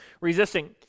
resisting